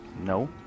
No